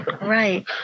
Right